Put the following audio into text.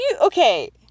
Okay